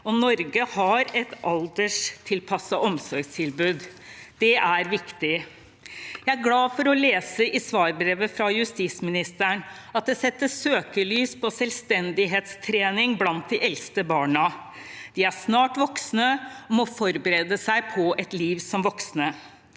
Norge har et alderstilpasset omsorgstilbud. Det er viktig. Jeg er glad for å lese i svarbrevet fra justisministeren at det settes søkelys på selvstendighetstrening blant de eldste barna. De er snart voksne og må forberede seg på et liv som voksne.